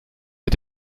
mit